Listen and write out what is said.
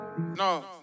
No